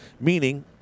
meaning